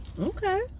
Okay